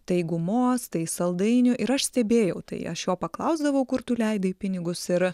tai gumos tai saldainių ir aš stebėjau tai aš jo paklausdavau kur tu leidai pinigus ir